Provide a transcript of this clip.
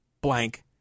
blank